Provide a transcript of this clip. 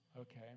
Okay